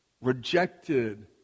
rejected